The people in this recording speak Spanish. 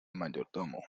mayordomo